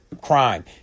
crime